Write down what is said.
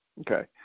Okay